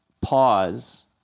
pause